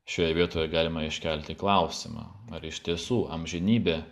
šioje vietoje galima iškelti klausimą ar iš tiesų amžinybė